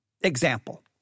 example